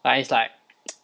but it's like